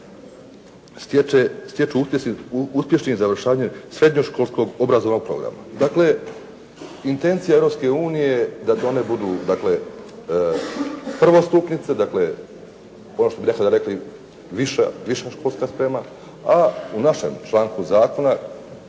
stječu uspješnim završavanjem srednjoškolskog obrazovnog programa. Dakle, intencija Europske unije da one budu prvostupnice, dakle ono što bi mi rekli viša školska sprema, a u našem članku zakona